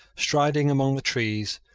striding among the trees,